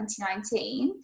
2019